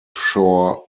shore